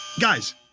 Guys